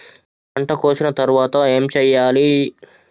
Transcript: పంట కోసిన తర్వాత ఏం చెయ్యాలి?